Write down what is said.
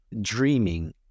dreaming